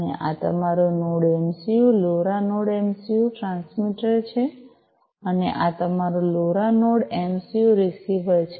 અને આ તમારું node MCU LoRa node MCU transmitter છે અને આ તમારું લોરા નોડ એમસિયું રીસીવર છે